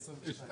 היועצת המשפטית,